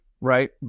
right